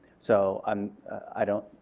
so um i don't,